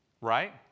Right